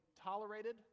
tolerated